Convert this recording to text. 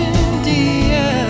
India